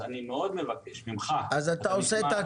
אז באיזה תקציבים אתה עושה את הכול?